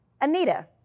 Anita